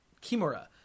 Kimura